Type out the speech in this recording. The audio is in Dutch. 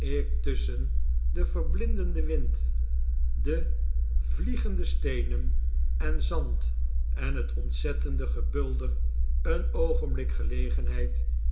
tusschen den verblindenden wind de vliegende steenen en zand en het ontzettende gebulder een oogenblik gelegenheid